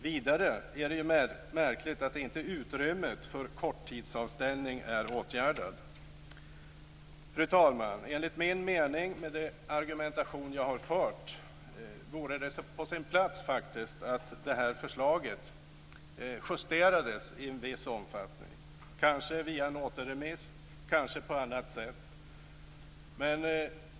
Vidare är det märkligt att inte utrymmet för korttidsavställning är åtgärdat. Fru talman! Enligt min mening, utifrån den argumentation som jag har fört, vore det faktiskt på sin plats att det här förslaget i viss omfattning justerades, kanske via en återremiss eller på något annat sätt.